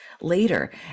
later